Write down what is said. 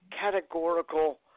categorical